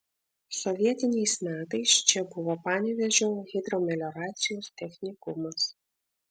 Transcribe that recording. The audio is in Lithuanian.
sovietiniais metais čia buvo panevėžio hidromelioracijos technikumas